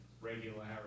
regularity